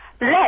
Let